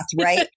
right